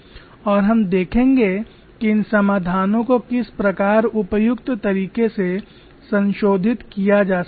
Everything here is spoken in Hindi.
और हम देखेंगे कि इन समाधानों को किस प्रकार उपयुक्त तरीके से संशोधित किया जा सकता है